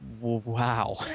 Wow